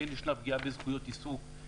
כן ישנה פגיעה בזכויות עיסוק,